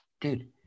Dude